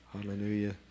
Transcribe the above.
Hallelujah